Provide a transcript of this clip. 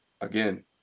again